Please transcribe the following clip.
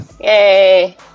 Yay